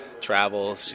travel